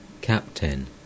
Captain